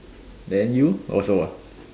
then you also ah